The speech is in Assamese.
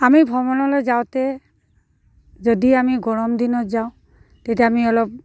আমি ভ্ৰমণলৈ যাওঁতে যদি আমি গৰমদিনত যাওঁ তেতিয়া আমি অলপ